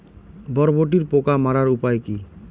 বরবটির পোকা মারার উপায় কি?